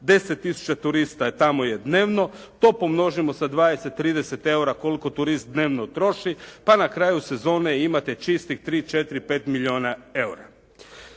tisuća turista je tamo dnevno, to pomnožimo sa 20, 30 eura koliko turist dnevno troši, pa na kraju sezone imate čistih 3, 4, 5 milijuna eura.